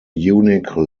unique